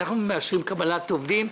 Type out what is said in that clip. אנחנו מאשרים קבלת עובדים.